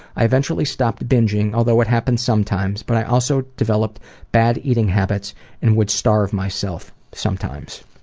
i eventually stopped bingeing, although it happened sometimes, but i also developed bad eating habits and would starve myself sometimes.